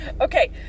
Okay